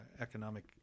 economic